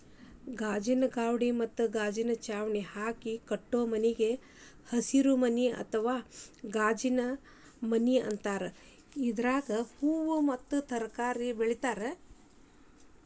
ಗಾಜಿನ ಗ್ವಾಡಿ ಮತ್ತ ಗಾಜಿನ ಚಾವಣಿ ಹಾಕಿ ಕಟ್ಟೋ ಮನಿಗೆ ಹಸಿರುಮನಿ ಅತ್ವಾ ಗಾಜಿನಮನಿ ಅಂತಾರ, ಇದ್ರಾಗ ಹೂವು ಮತ್ತ ತರಕಾರಿ ಬೆಳೇತಾರ